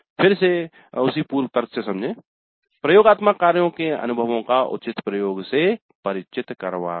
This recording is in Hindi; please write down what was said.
फिर से उसी पूर्व तर्क से समझे प्रयोगात्मक कार्यों के अनुभवों का उचित प्रयोग से परिचित करवाकर